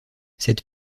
cette